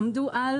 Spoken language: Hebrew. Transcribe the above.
עמדו על